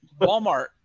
Walmart